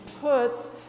puts